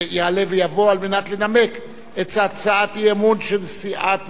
ויבוא על מנת לנמק את הצעת האי-אמון של סיעת בל"ד.